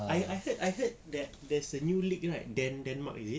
I I heard I heard that there's a new league right den~ denmark is it